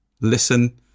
Listen